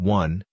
one